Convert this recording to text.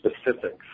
specifics